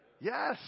Yes